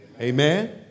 Amen